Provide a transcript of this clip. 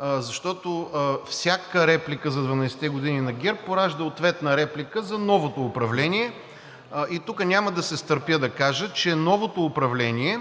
защото всяка реплика за 12-те години на ГЕРБ поражда ответна реплика за новото управление. Тук няма да се стърпя да кажа, че новото управление